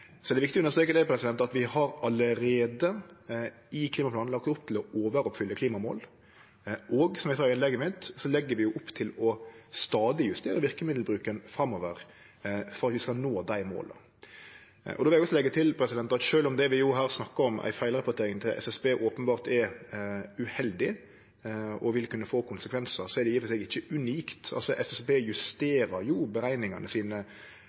viktig å understreke at vi har allereie, i klimaplanen, lagt opp til å overoppfylle klimamåla, og som eg sa i innlegget mitt, legg vi opp til stadig å justere verkemiddelbruken framover for at vi skal nå dei måla. Då vil eg også leggje til at sjølv om det vi snakkar om her – ei feilrapportering til SSB – openbert er uheldig og vil kunne få konsekvensar, er det i og for seg ikkje unikt. SSB justerer jo berekningane sine